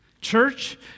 Church